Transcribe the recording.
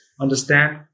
Understand